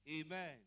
Amen